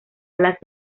alas